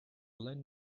lend